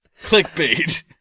Clickbait